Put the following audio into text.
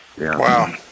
Wow